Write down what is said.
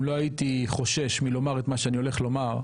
אם לא הייתי חושש מלומר את מה שאני הולך לומר,